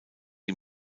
ihm